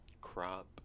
crop